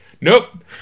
Nope